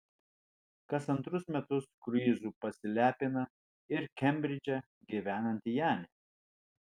kas antrus metus kruizu pasilepina ir kembridže gyvenanti janė